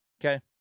Okay